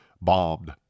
bombed